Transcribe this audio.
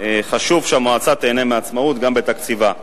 חשוב שהמועצה תיהנה מהעצמאות גם בתקציבה.